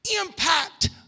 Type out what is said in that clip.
impact